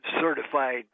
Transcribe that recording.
certified